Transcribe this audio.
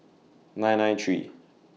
nine nine three